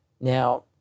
Now